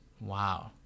Wow